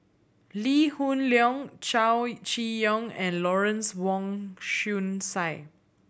Lee Hoon Leong Chow Chee Yong and Lawrence Wong Shyun Tsai